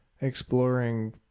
exploring